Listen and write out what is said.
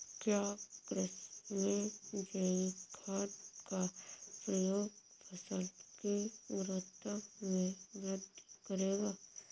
क्या कृषि में जैविक खाद का प्रयोग फसल की गुणवत्ता में वृद्धि करेगा?